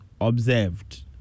observed